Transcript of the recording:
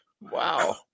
Wow